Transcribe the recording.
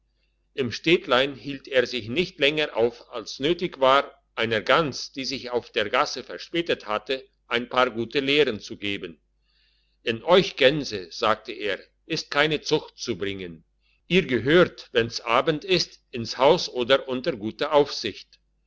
im städtlein hielt er sich nicht länger auf als nötig war einer gans die sich auf der gasse verspätet hatte ein paar gute lehren zu geben in euch gänse sagte er ist keine zucht zu bringen ihr gehört wenn's abend ist ins haus oder unter gute aufsicht